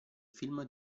film